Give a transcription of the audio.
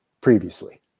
previously